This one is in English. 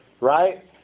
right